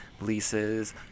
leases